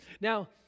Now